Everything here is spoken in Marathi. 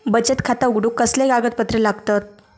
बचत खाता उघडूक कसले कागदपत्र लागतत?